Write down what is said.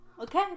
okay